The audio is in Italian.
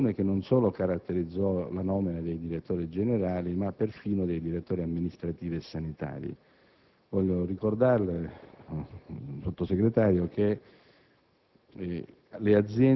una vergognosa «lottizzazione», che non solo caratterizzò la nomina dei direttori generali ma perfino quella dei direttori amministrativi e sanitari. Voglio ricordarle, onorevole Sottosegretario, che